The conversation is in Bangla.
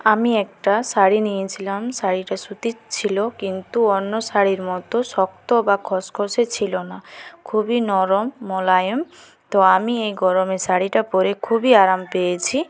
আমি একটা শাড়ি নিয়েছিলাম শাড়িটা সুতির ছিল কিন্তু অন্য শাড়ির মতো শক্ত বা খসখসে ছিল না খুবই নরম মোলায়েম তো আমি এই গরমে শাড়িটা পরে খুবই আরাম পেয়েছি